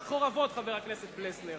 חורבות, חבר הכנסת פלסנר.